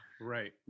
right